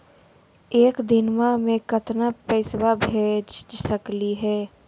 एक दिनवा मे केतना पैसवा भेज सकली हे?